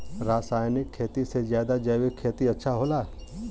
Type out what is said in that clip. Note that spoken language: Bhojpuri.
रासायनिक खेती से ज्यादा जैविक खेती अच्छा होला